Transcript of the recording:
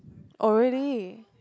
oh really